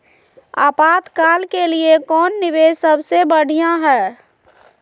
आपातकाल के लिए कौन निवेस सबसे बढ़िया है?